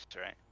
right